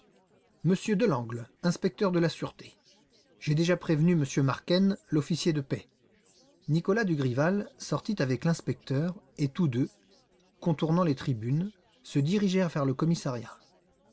monsieur delangle inspecteur de la sûreté j'ai déjà prévenu m marquenne l'officier de paix nicolas dugrival sortit avec l'inspecteur et tous deux contournant les tribunes se dirigèrent vers le commissariat